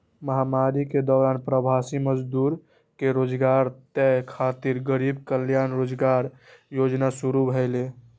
महामारी के दौरान प्रवासी मजदूर कें रोजगार दै खातिर गरीब कल्याण रोजगार योजना शुरू भेलै